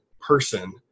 person